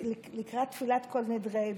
לקראת תפילת כל נדרי,